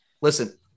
Listen